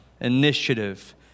Initiative